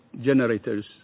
generators